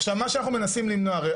עכשיו מה שאנחנו מנסים למנוע הרי,